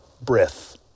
breath